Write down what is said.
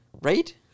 Right